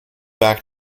back